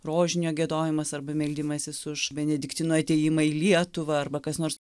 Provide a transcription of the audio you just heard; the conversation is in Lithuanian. rožinio giedojimas arba meldimasis už benediktinų atėjimą į lietuvą arba kas nors